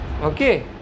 Okay